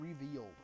revealed